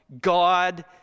God